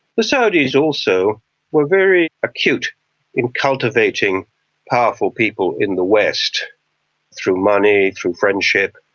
the saudis also were very acute in cultivating powerful people in the west through money, through friendship.